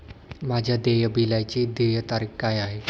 माझ्या देय बिलाची देय तारीख काय आहे?